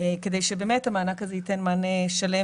כדי שבאמת המענק הזה ייתן מענה שלם